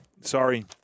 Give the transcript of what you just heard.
Sorry